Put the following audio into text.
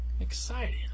Exciting